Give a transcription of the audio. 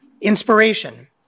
inspiration